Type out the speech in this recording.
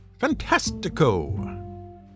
Fantastico